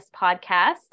Podcast